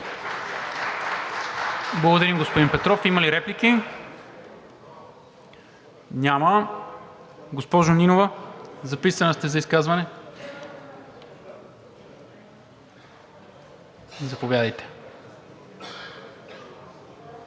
Благодаря, господин Петров. Има ли реплики? Няма. Госпожо Нинова, записана сте за изказване – заповядайте.